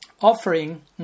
offering